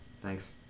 Thanks